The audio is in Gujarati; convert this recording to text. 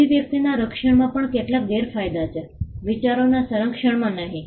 અભિવ્યક્તિના રક્ષણમાં પણ કેટલાક ગેરફાયદા છે વિચારોના સંરક્ષણમાં નહીં